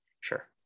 Sure